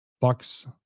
Bucks